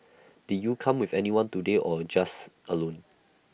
did you come with anyone today or you're just alone